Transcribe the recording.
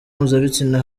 mpuzabitsina